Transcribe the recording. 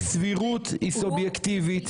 כי סבירות היא סובייקטיבית,